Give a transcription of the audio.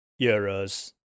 Euros